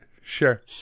Sure